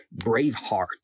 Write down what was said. Braveheart